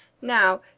Now